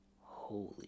holy